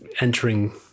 entering